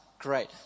Great